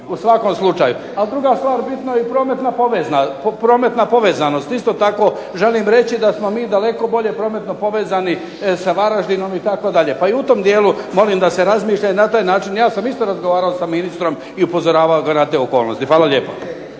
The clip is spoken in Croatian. u svakom slučaju. Ali druga stvar bitna je i prometna povezanost. Isto tako želim reći da smo mi daleko bolje prometno povezani sa Varaždinom itd. Pa i u tom dijelu molim da se razmišlja i na taj način. Ja sam isto razgovarao sa ministrom i upozoravao ga na te okolnosti. Hvala lijepa.